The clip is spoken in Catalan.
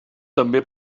també